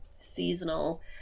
seasonal